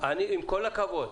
כל הכבוד,